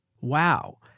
Wow